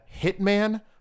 Hitman